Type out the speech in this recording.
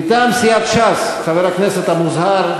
אבו מאזן יודע שזה בלוף.